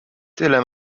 tyle